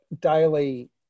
daily